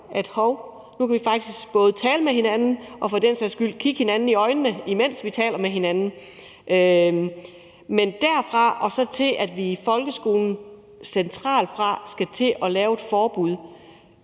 at nu kan de faktisk tale med hinanden og for den sags skyld kigge hinanden i øjnene, mens de taler med hinanden. Men derfra og så til, at vi fra centralt hold skal til at lave et forbud